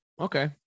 Okay